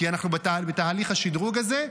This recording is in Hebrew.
כי אנחנו בתהליך השדרוג הזה.